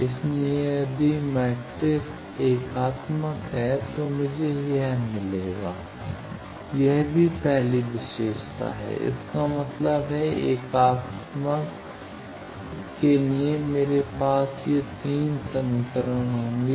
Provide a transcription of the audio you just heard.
इसलिए यदि मैट्रिक्स एकात्मक है तो मुझे मिलेगा यह भी पहली विशेषता है इसका मतलब है एकात्मक के लिए मेरे पास ये 3 समीकरण होंगे